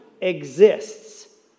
exists